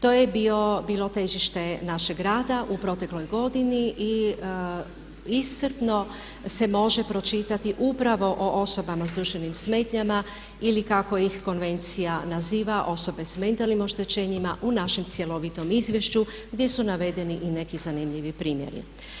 To je bilo težište našeg rada u protekloj godini i iscrpno se može pročitati upravo o osobama sa duševnim smetnjama ili kako ih konvencija naziva osobe sa mentalnim oštećenjima u našem cjelovitom izvješću gdje su navedeni i neki zanimljivi primjeri.